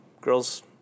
girls